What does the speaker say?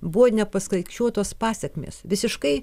buvo nepaskaičiuotos pasekmės visiškai